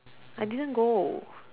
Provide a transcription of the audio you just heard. I didn't go